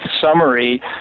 summary